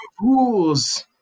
rules